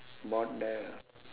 bought there uh